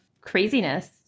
craziness